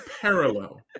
parallel